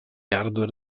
hardware